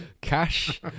Cash